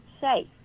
safe